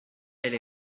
elle